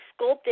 sculpting